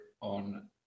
on